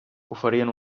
oferien